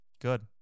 Good